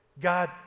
God